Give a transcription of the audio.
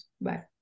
Bye